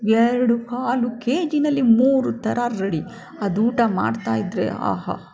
ಎರಡು ಕಾಲು ಕೆಜಿಯಲ್ಲಿ ಮೂರು ಥರ ರೆಡಿ ಅದು ಊಟ ಮಾಡ್ತಾಯಿದ್ದರೆ ಆಹಾ